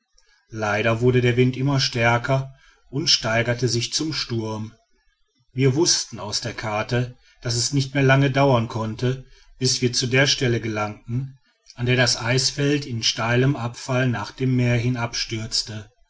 leider wurde der wind immer stärker und steigerte sich zum sturm wir wußten aus der karte daß es nicht mehr lange dauern konnte bis wir zu der stelle gelangten an der das eisfeld in steilem abfall nach dem meer